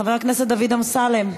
חבר הכנסת דוד אמסלם,